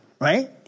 right